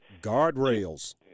guardrails